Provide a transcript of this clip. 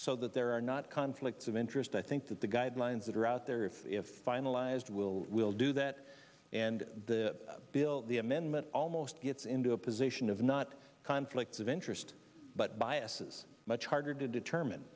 so that there are not conflicts of interest i think that the guidelines that are out there if finalized will will do that and the bill the amendment almost gets into a position of not conflicts of interest but bias is much harder to determine